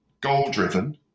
goal-driven